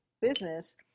business